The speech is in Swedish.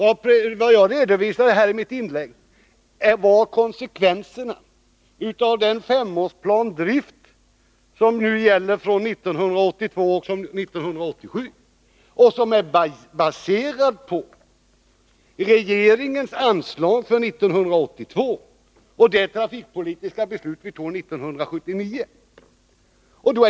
Vad jag redovisade i mitt inlägg var konsekvenserna av den femårsplan som nu gäller från 1982 till 1987 och som är baserad på regeringens anslag för 1982 och på det trafikpolitiska beslut som vi fattade 1979.